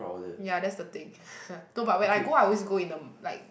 ya that's the thing no but when I go I always go in the like